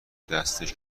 دستش